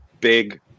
big